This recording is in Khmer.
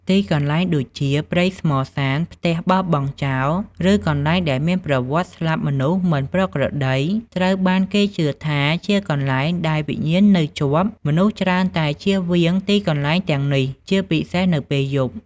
ទីកន្លែងដូចជាព្រៃស្មសាន ផ្ទះបោះបង់ចោល ឬកន្លែងដែលមានប្រវត្តិស្លាប់មនុស្សមិនប្រក្រតី ត្រូវបានគេជឿថាជាកន្លែងដែលវិញ្ញាណនៅជាប់ មនុស្សច្រើនតែជៀសវាងទីកន្លែងទាំងនេះ ជាពិសេសនៅពេលយប់។